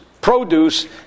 produce